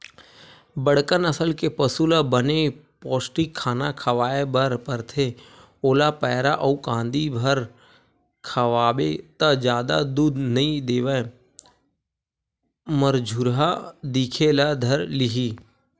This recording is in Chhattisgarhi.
बड़का नसल के पसु ल बने पोस्टिक खाना खवाए बर परथे, ओला पैरा अउ कांदी भर खवाबे त जादा दूद नइ देवय मरझुरहा दिखे ल धर लिही